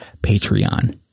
Patreon